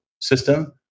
system